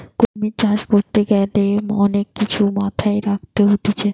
কুমির চাষ করতে গ্যালে অনেক কিছু মাথায় রাখতে হতিছে